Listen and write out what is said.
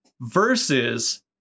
versus